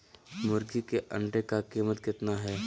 मुर्गी के अंडे का कीमत कितना है?